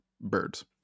birds